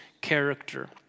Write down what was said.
character